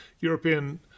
European